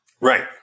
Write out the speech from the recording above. right